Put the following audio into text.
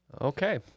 Okay